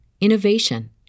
innovation